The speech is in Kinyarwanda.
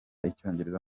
icyongereza